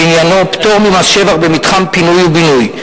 שעניינו פטור ממס שבח במתחם פינוי ובינוי,